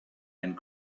and